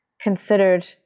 considered